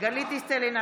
גלית דיסטל אטבריאן,